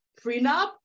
prenup